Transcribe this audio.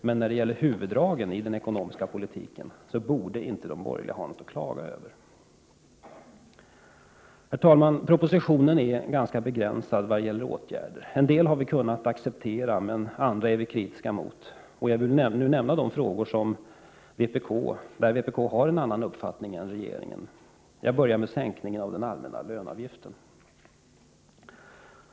Men beträffande huvuddragen i den ekonomiska politiken borde de borgerliga inte ha något att klaga över. Herr talman! Propositionen är ganska begränsad vad gäller förslag till åtgärder. En del har vi kunnat acceptera, men några är vi kritiska mot. Jag vill nämna de frågor där vpk har en annan uppfattning än regeringen. Jag börjar då med sänkningen av den allmänna löneavgiften.